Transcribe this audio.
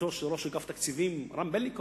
להתפטרותו של ראש אגף התקציבים רם בלינקוב,